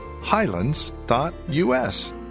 highlands.us